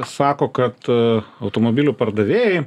sako kad automobilių pardavėjai